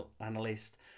analyst